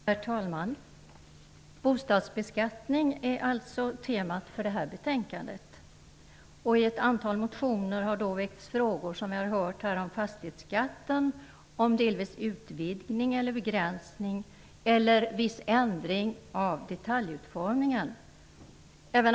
Herr talman! Bostadsbeskattning är temat för det här betänkandet. I ett antal motioner har väckts frågor om fastighetsskatten, dess utvidgning eller begränsning eller om ändring av detaljutformningen.